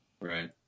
Right